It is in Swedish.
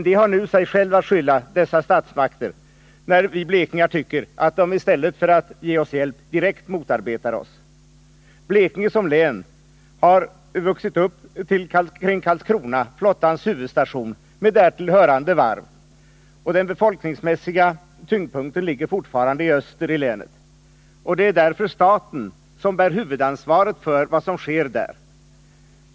De har nu sig själva att skylla dessa statsmakter, när vi blekingar tycker att de i stället för att ge oss hjälp direkt motarbetar oss. Blekinge som län har vuxit upp kring Karlskrona, flottans huvudstation med därtill hörande varv. Den befolkningsmässiga tyngdpunkten ligger fortfarande i den östra delen av länet. Det är därför staten som bär huvudansvaret för vad som sker där.